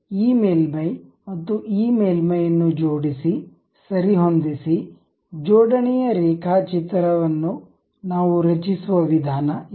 ಈ ಮೇಲ್ಮೈ ಮತ್ತು ಈ ಮೇಲ್ಮೈಯನ್ನು ಜೋಡಿಸಿ ಸರಿಹೊಂದಿಸಿ ಜೋಡಣೆಯ ರೇಖಾಚಿತ್ರ ಅನ್ನು ನಾವು ರಚಿಸುವ ವಿಧಾನ ಇದು